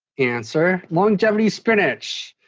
answer longevity spinach!